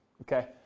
okay